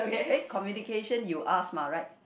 eh communication you asked mah right